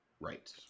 Right